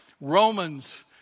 Romans